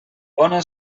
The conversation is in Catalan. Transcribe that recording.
bona